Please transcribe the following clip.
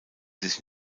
sich